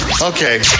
Okay